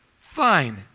Fine